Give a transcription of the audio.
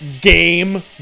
game